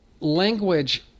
language